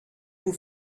vous